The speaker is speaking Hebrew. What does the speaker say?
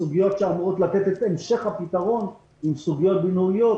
הסוגיות שאמורות לתת את המשך הפתרון הן סוגיות של בינוי,